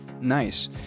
nice